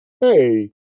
Hey